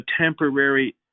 temporary